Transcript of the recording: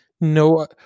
no